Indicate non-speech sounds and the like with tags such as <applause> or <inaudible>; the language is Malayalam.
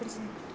<unintelligible>